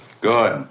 Good